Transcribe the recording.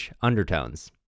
undertones